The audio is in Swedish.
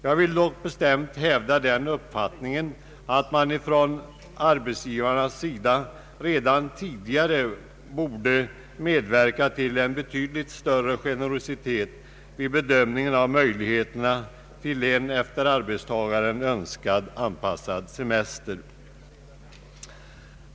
Jag vill dock bestämt hävda att arbetsgivarna redan tidigare bort medverka genom en betydligt större generositet vid bedömningen av möjligheterna att medge av arbetstagaren önskad semestertid.